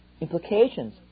Implications